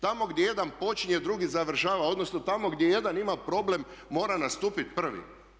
Tamo gdje jedan počinje drugi završava odnosno tamo gdje jedan ima problem mora nastupiti prvi.